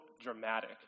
dramatic